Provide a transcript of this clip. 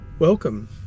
Welcome